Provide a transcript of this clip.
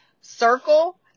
circle